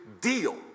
deal